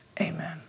Amen